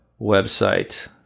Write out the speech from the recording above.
website